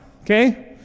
okay